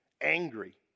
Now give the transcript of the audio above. angry